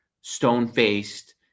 stone-faced